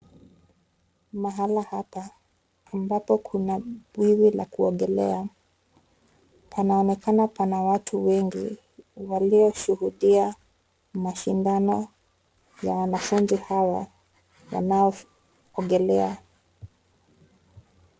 Mahala hapa ambapo kuna bwiwi la kuogelea, panaonekana pana watu wengi walioshuhudia mashindano ya wanafunzi hawa wanaoogelea.